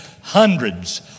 hundreds